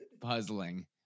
puzzling